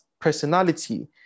personality